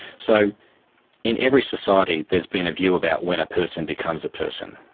so in every society there has been a view about when a person becomes a person,